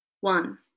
One